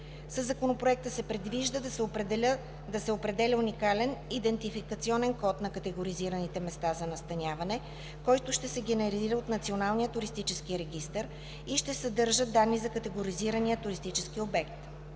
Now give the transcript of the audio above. Със Законопроекта се предвижда да се определя уникален идентификационен код на категоризираните места за настаняване, който ще се генерира от Националния туристически регистър и ще съдържа данни за категоризирания туристически обект.